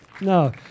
No